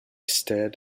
stared